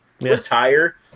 Retire